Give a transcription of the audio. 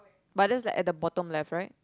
but that's like at the bottom left right